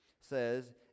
says